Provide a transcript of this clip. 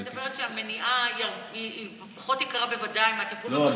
אבל אני אומרת שהמניעה היא בוודאי פחות יקרה מהטיפול במחלה,